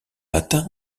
latins